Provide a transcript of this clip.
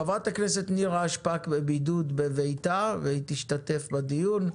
חברת הכנסת נירה שפק בבידוד בביתה והיא תשתתף בדיון.